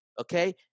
okay